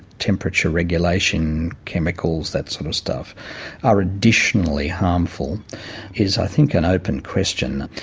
temperature regulation chemicals, that sort of stuff are additionally harmful is, i think, an open question.